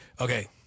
Okay